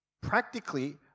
practically